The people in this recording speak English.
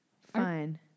Fine